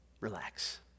relax